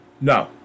No